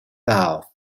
south